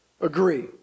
agree